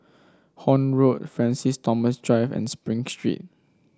Horne Road Francis Thomas Drive and Spring Street